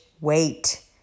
wait